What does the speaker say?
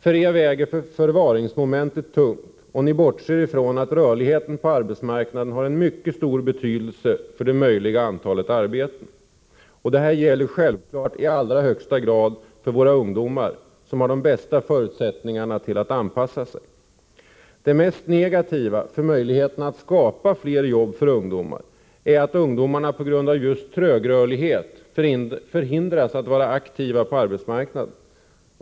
För er väger förvaringsmomentet tungt, och ni bortser från att rörligheten på arbetsmarknaden har mycket stor betydelse för det möjliga antalet arbeten. Detta gäller självfallet i allra högsta grad för våra ungdomar, som har de bästa förutsättningarna att anpassa sig. Det mest negativa för möjligheterna att skapa fler jobb för ungdomar är att ungdomarna just på grund av trögrörlighet förhindras att vara aktiva på arbetsmarknaden.